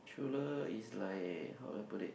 thriller is like how do I put it